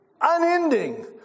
unending